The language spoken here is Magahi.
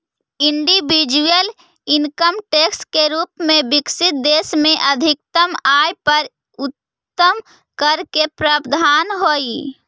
इंडिविजुअल इनकम टैक्स के रूप में विकसित देश में अधिकतम आय पर उच्चतम कर के प्रावधान हई